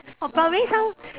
or probably some